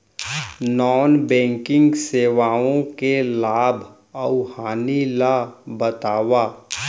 non banking सेवाओं के लाभ अऊ हानि ला बतावव